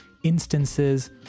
instances